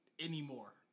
anymore